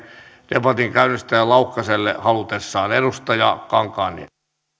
debatin käynnistäjä laukkaselle halutessaan edustaja kankaanniemi